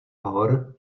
hor